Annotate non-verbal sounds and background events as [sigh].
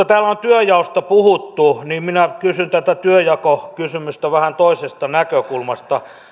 [unintelligible] täällä on työnjaosta puhuttu niin minä kysyn tätä työnjakokysymystä vähän toisesta näkökulmasta